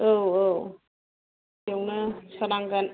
औ औ बेयावनो सोनांगोन